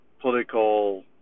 political